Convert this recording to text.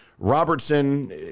Robertson